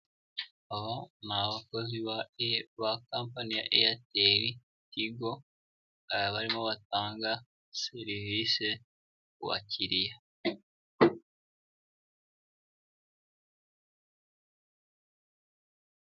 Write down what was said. Aba ni abakozi ba kampani ya Eyateri tigo barimo batanga serivise ku bakiriya.